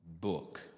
book